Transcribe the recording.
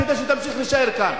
כדי שתמשיך להישאר כאן.